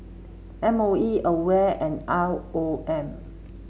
M O E Aware and R O M